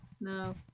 No